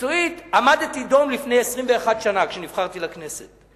מקצועית עמדתי דום לפני 21 שנה, כשנבחרתי לכנסת.